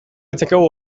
ditzakegu